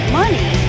money